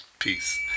Peace